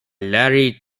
larry